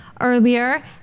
earlier